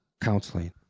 counseling